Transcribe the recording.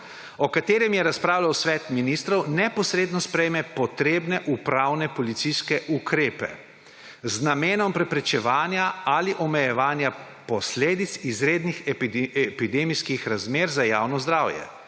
o katerem je razpravljal svet ministrov, neposredno sprejme potrebne upravne policijske ukrepe z namenom preprečevanja ali omejevanja posledic izrednih epidemioloških razmer za javno zdravje.